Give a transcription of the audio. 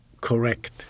correct